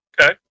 Okay